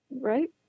right